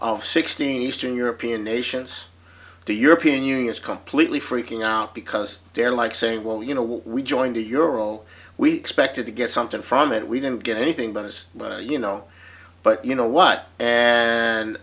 sixteen eastern european nations the european union is completely freaking out because they're like saying well you know we joined the euro we expected to get something from it we didn't get anything but as well you know but you know what and